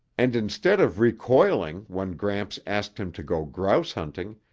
and instead of recoiling when gramps asked him to go grouse hunting,